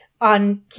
on